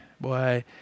Boy